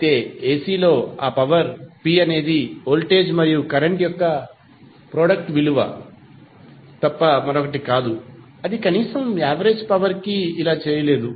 అయితే AC లో ఆ పవర్ p అనేది వోల్టేజ్ మరియు కరెంట్ యొక్క ప్రొడక్ట్ విలువ తప్ప మరొకటి కాదు అది కనీసం యావరేజ్ పవర్ కి ఇలా చేయలేదు